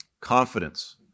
confidence